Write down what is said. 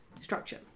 structure